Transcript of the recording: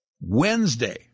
Wednesday